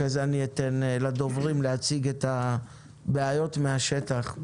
אחרי כן אתן לדוברים להציג את הבעיות מן השטח.